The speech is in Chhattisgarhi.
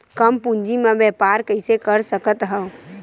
कम पूंजी म व्यापार कइसे कर सकत हव?